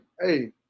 Hey